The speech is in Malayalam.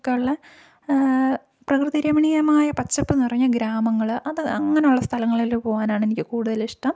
ഒക്കെയുള്ള പ്രകൃതി രമണീയമായ പച്ചപ്പ് നിറഞ്ഞ ഗ്രാമങ്ങൾ അത് അങ്ങനെയുള്ള സ്ഥലങ്ങളിൽ പോകാനാണ് എനിക്ക് കൂടുതൽ ഇഷ്ടം